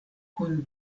kun